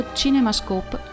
cinemascope